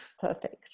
Perfect